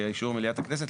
באישור מליאת הכנסת,